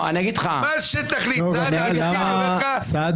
לא יודעים על מה מצביעים